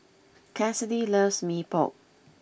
Kassidy loves Mee Pok